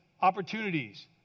opportunities